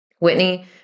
Whitney